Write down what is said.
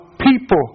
people